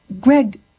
Greg